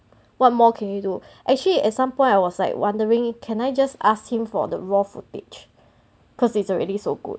what more can you do actually at some point I was like wondering can I just ask him for the raw footage cause it's already so good